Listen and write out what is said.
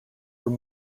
were